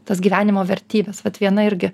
tas gyvenimo vertybes vat viena irgi